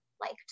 liked